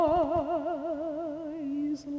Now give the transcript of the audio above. eyes